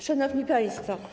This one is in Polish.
Szanowni Państwo!